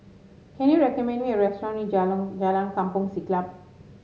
can you recommend me a restaurant near Jalan Kampong Siglap